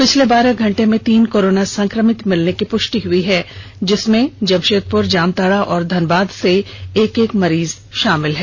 पिछले बारह घंटे में तीन कोरोना संक्रमित मिलने की पुष्टि हुई है जिसमें जामंषेदपुर जामताड़ा और धनबाद से एक एक मरीज मिले हैं